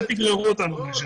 אל תגררו אותנו לשם.